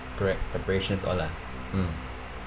correct preparations all lah mm